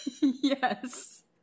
Yes